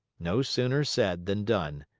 no sooner said than done.